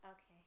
Okay